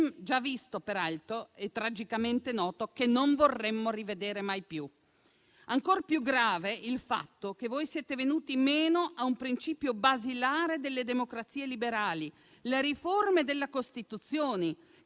già visto, peraltro, e tragicamente noto, che non vorremmo rivedere mai più. Ancor più grave è il fatto che voi siete venuti meno a un principio basilare delle democrazie liberali. Le riforme delle Costituzioni,